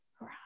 Right